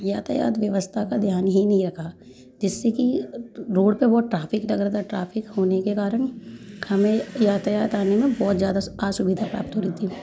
यातायात व्यवस्था का ध्यान ही दिया था जिससे की रोड पे बहुत ट्रैफिक लग रहा था ट्रैफिक होने के कारण हमें यातायात आने में बहुत ज़्यादा असुविधा प्राप्त हो रही थी